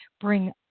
bring